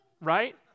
right